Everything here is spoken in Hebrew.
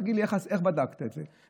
"תגיד לי איך בדקת את זה".